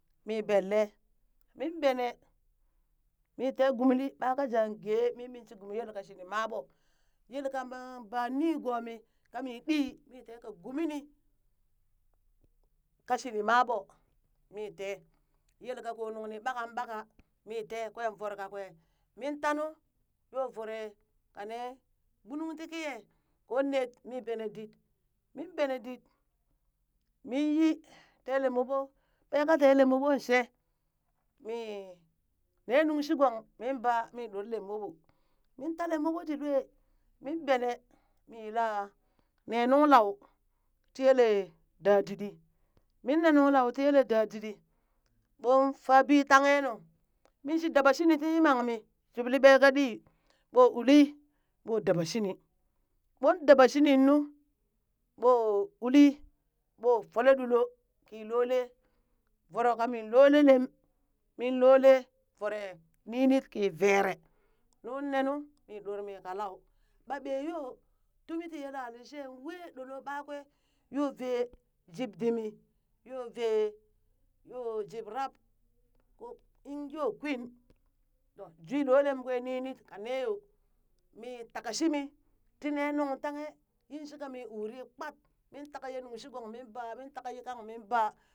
Mii benle mii min bene mii tee gomli ɓa ka jang gee mi min shi gumi yelka shini maɓo, yelkama ba nigoomi mii ɗii mii tee ka gumi nii, ka shinii maɓo mi tee yelka koo nunni ɓakanɓaka mii tee kwen voro kakwe min tanu yoo voro ka nee gbunung ti kiya, ko ned mii bene dit, min bene did min yi, tee lem ɓoɓo, ɓee ka tee lem ɓoɓon shee, mi nee nuŋ shi gong mii ɓee mi ɗor lem ɓoɓo, min ta lem ɓoɓo tii lwe, min bene mii yila nee nun lau tii yele dadidii, mii nee nuŋ lwau tii yele dadidii, ɓon faa bi tanghen nu, min shi daba shini ti yimangmi, jubli ɓee ƙaa dii ɓoo uli ɓoo daba shini ɓoon daba shinin nuu, ɓoo uli ɓoo fole ɗuloo ki loolee voro kamin loolee lem min loolee voro ninit kii veree nu nenu mii ɗor mi kalau ɓaa ɓee yoo tumi ti yela lishee wee ɗolo ɓakwee yoo vee jib dimi yoo vee yoo jib rab, in yoo kwin to jwee loo lem kwee ninet ka nee yoo, mii ta ka shimi tii nee nuŋ tanghe yin shika mi uri kpat, min taka nuŋ shii gong min baa, min taka ye kang min baa.